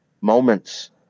moments